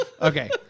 Okay